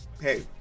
Hey